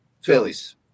Phillies